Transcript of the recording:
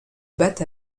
battent